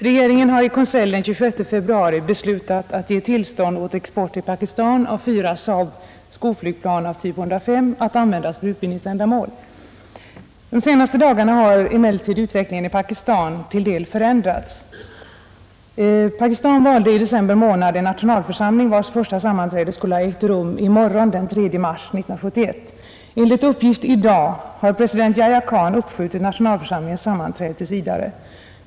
Herr talman! Pakistan är på många sätt en kluven stat. Motsättningarna mellan de båda delarna — Östoch Västpakistan — har funnits sedan Pakistan kom till 1947. Konflikterna har ofta legat under ytan men vid olika tillfällen kommit i öppen dag. För närvarande tycks motsättningarna ha blivit så starka att risken för en urladdning förefaller överhängande. I december månad valdes en nationalförsamling, vars första sammanträde skulle ha ägt rum den 3 mars 1971. Enligt uppgift i dag — den 2 mars — har president Yahya Kahn uppskjutit nationalförsamlingens sammanträde tills vidare.